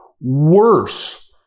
worse